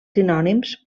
sinònims